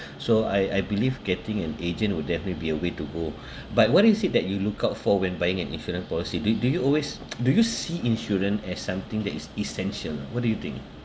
so I I believe getting an agent would definitely be a way to go but why do you said that you look out for when buying an insurance policy do do you always do you see insurance as something that is essential what do you think